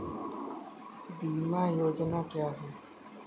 बीमा योजना क्या है?